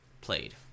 played